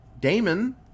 Damon